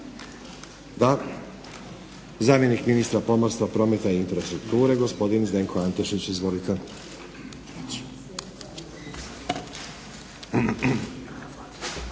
Da. Zamjenik ministra pomorstva, prometa i infrastrukture gospodin Zdenko Antešić. Izvolite.